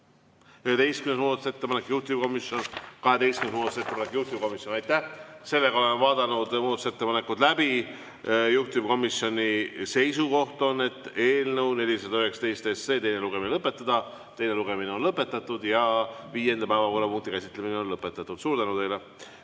11. muudatusettepanek, juhtivkomisjon. 12. muudatusettepanek, juhtivkomisjon. Aitäh! Oleme vaadanud muudatusettepanekud läbi. Juhtivkomisjoni seisukoht on, et eelnõu 419 teine lugemine tuleb lõpetada. Teine lugemine on lõpetatud ja viienda päevakorrapunkti käsitlemine on lõpetatud. Suur tänu teile!